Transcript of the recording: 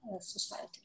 society